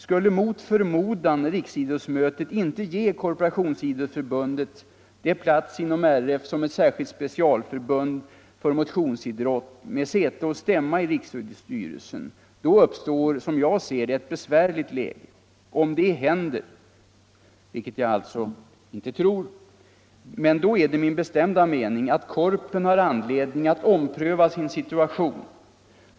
Skulle mot förmodan riksidrottsmötet inte ge Korporationsidrottsförbundet plats inom RF som ett specialförbund för motionsidrott med säte och stämma i Riksidrottsstyrelsen uppstår, som jag ser det, ett besvärligt läge. Om det händer -— vilket jag alltså inte tror — är det min bestämda mening att Korpen har anledning att ompröva sin situation.